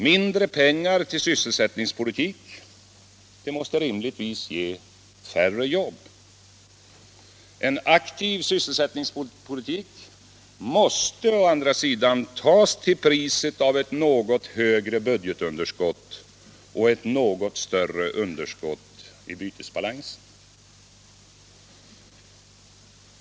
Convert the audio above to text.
Mindre pengar till sysselsättningspolitik måste rimligtvis ge färre jobb. En aktiv sysselsättningspolitik måste å andra sidan tas till priset av ett något högre budgetunderskott och ett något större underskott i bytesbalansen.